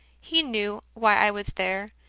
he knew why i was there,